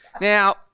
Now